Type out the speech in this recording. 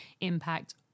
impact